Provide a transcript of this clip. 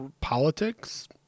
Politics